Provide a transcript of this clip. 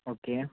okay